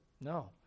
No